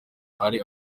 ari